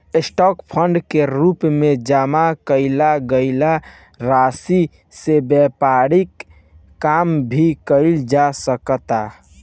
stock fund के रूप में जामा कईल गईल राशि से व्यापारिक काम भी कईल जा सकता